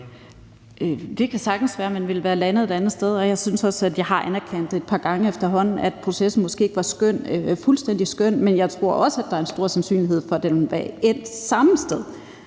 Det kan sagtens være, at man ville være landet et andet sted, og jeg synes også, at jeg efterhånden har anerkendt et par gange, at processen måske ikke var fuldstændig skøn. Men jeg tror også, at der er en stor sandsynlighed for, at den ville være endt samme sted.